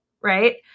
right